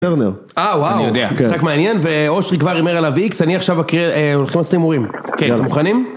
פרנר. אה וואו, משחק מעניין, ואושרי כבר הימר עליו איקס, אני עכשיו אקריא, אה, הולכים לעשות הימורים. כן. אתם מוכנים?